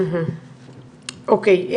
אוקי.